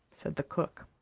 said the cook.